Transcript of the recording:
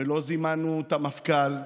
ולא זימנו את המפכ"ל,